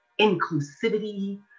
inclusivity